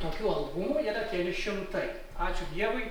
tokių albumų yra keli šimtai ačiū dievui